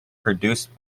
produced